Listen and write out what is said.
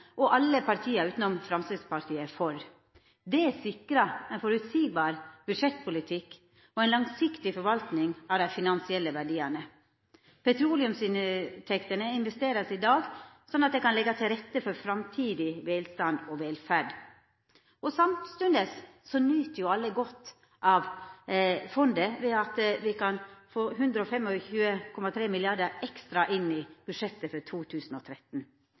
og alle partia utanom Framstegspartiet er for. Det sikrar føreseieleg budsjettpolitikk og ei langsiktig forvalting av dei finansielle verdiane. Petroleumsinntektene vert investerte i dag, slik at dei kan leggja til rette for framtidig velstand og velferd. Samstundes nyt alle godt av fondet ved at me kan få 125,3 mrd. kr ekstra inn i budsjettet for 2013.